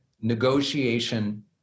negotiation